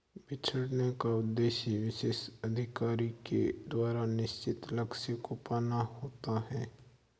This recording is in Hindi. बिछड़ने का उद्देश्य विशेष अधिकारी के द्वारा निश्चित लक्ष्य को पाना होता है